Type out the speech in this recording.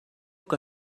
que